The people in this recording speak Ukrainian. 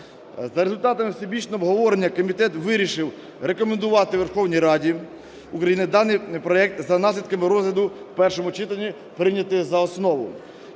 За результатами всебічного обговорення комітет вирішив рекомендувати Верховній Раді України даний проект за наслідками розгляду в першому читанні прийняти за основу.